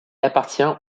appartient